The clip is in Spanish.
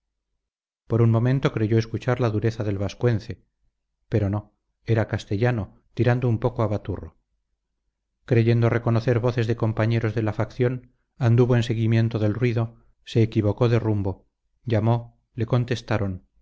por un momento creyó escuchar la dureza del vascuence pero no era castellano tirando un poco a baturro creyendo reconocer voces de compañeros de la facción anduvo en seguimiento del ruido se equivocó de rumbo llamó le contestaron